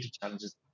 challenges